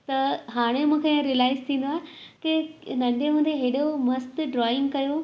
त हाणे मूंखे रिलाईस थींदो आहे की नंढे हूंदे हेॾो मस्तु ड्रॉईंग कयो